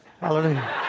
Hallelujah